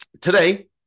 Today